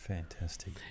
Fantastic